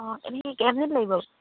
অঁ এনেই কিমান মিনিট লাগিব